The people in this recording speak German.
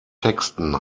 texten